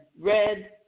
red